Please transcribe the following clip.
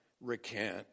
recant